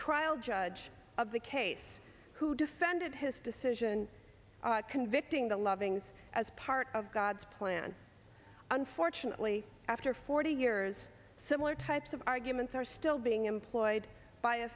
trial judge of the case who defended his decision convicting the lovings as part of god's plan unfortunately after forty years similar types of arguments are still being employed by a